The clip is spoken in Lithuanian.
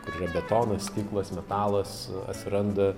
kurioje betonas stiklas metalas atsiranda